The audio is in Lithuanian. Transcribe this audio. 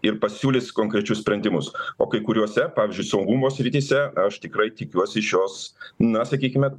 ir pasiūlys konkrečius sprendimus o kai kuriuose pavyzdžiui saugumo srityse aš tikrai tikiuosi iš jos na sakykime